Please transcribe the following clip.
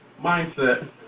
mindset